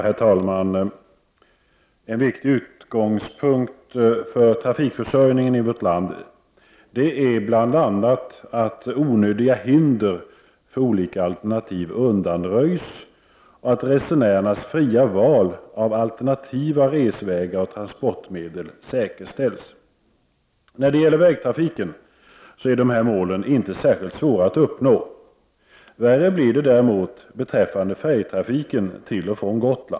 Herr talman! En viktig utgångspunkt för trafikförsörjningen i vårt land är bl.a. att onödiga hinder för olika alternativ undanröjs och att resenärernas fria val av alternativa resvägar och transportmedel säkerställs. När det gäller vägtrafiken är dessa mål inte särskilt svåra att uppnå. Värre blir det däremot beträffande färjetrafiken till och från Gotland.